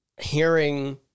hearing